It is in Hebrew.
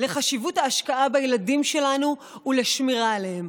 לחשיבות ההשקעה בילדים שלנו ולשמירה עליהם,